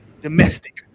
domestic –